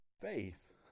faith